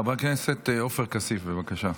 חבר הכנסת עופר כסיף, בבקשה.